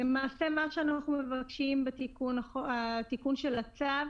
אנחנו מבקשים בתיקון הצו